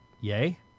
Yay